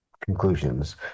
conclusions